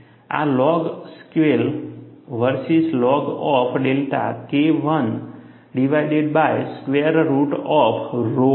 આ log scale versus log of delta K1 divided by square root of rho છે